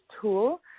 tool